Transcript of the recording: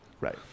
Right